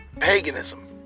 paganism